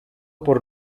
por